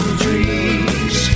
trees